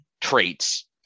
traits